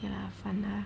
ya lah fun lah